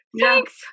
Thanks